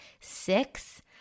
six